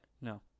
No